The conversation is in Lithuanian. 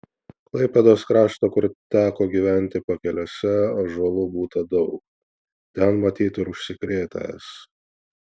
klaipėdos krašto kur teko gyventi pakelėse ąžuolų būta daug ten matyt ir užsikrėtęs